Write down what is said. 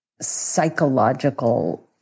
psychological